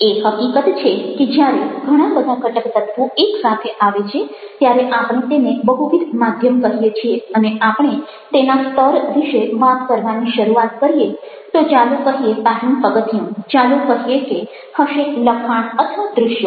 એ હકીકત છે કે જ્યારે ઘણા બધા ઘટક તત્વો એક સાથે આવે છે ત્યારે આપણે તેને બહુવિધ માધ્યમ કહીએ છીએ અને આપણે તેના સ્તર વિશે વાત કરવાની શરૂઆત કરીએ તો ચાલો કહીએ પહેલું પગલું ચાલો કહીએ કે હશે લખાણ અથવા દ્રશ્યો